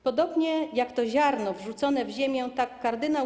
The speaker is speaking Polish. Podobnie jak to ziarno wrzucone w ziemię, tak kard.